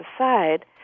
aside